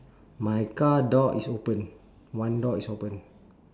my car door is open one door is open